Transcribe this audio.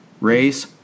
race